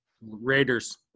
Raiders